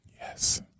Yes